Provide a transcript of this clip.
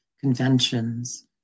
conventions